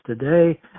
today